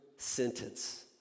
sentence